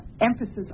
emphasis